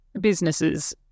businesses